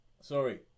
Sorry